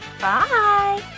Bye